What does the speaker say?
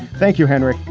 thank you, henry.